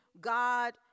God